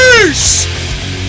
Peace